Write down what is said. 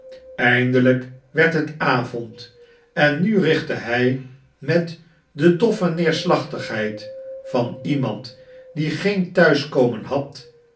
eindelijk werd het avond en nu richtte hij met de dorte neerslachtigheid van iemand die geen thuiskomen had